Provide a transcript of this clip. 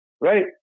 right